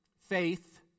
Faith